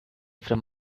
from